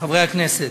חברי הכנסת,